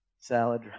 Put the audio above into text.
salad